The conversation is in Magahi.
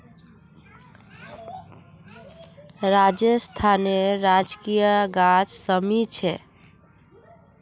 राजस्थानेर राजकीय गाछ शमी छे